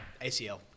ACL